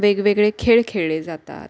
वेगवेगळे खेळ खेळले जातात